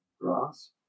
grass